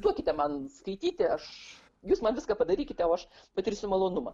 duokite man skaityti aš jūs man viską padarykite o aš patirsiu malonumą